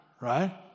Right